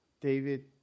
David